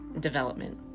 development